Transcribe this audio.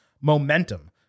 momentum